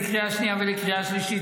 לקריאה השנייה ולקריאה השלישית,